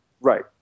Right